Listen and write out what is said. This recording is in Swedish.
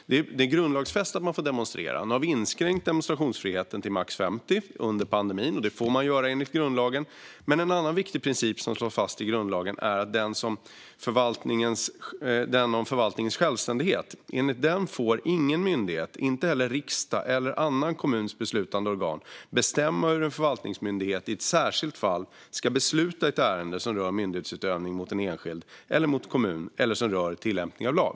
Det är grundlagsfäst att människor får demonstrera, och nu har vi inskränkt demonstrationsfriheten till max 50 personer under pandemin. Det får man göra enligt grundlagen, men en annan viktig princip som slås fast i grundlagen är den om förvaltningens självständighet. Enligt den får ingen myndighet - inte heller riksdag eller en kommuns beslutande organ - bestämma hur en förvaltningsmyndighet i ett särskilt fall ska besluta i ett ärende som rör myndighetsutövning mot en enskild eller en kommun eller i ett ärende som rör tillämpning av lag.